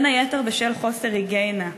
בין היתר בשל חוסר היגיינה.